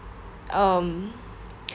um